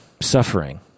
suffering